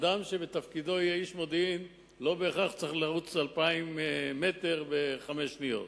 אדם שבתפקידו יהיה איש מודיעין לא בהכרח צריך לרוץ 200 מטר בחמש שניות.